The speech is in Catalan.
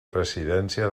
presidència